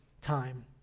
time